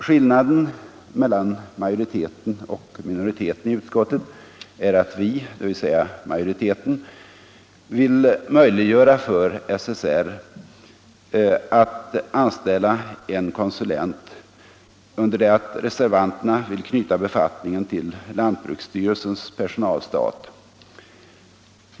Skillnaden mellan majoriteten och minoriteten i utskottet är att vi — dvs. majoriteten — vill möjliggöra för SSR att anställa en konsulent, under det att reservanterna vill knyta befattningen till lantbruksstyrelsens personalstat.